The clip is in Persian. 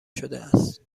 شدهاست